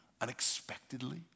unexpectedly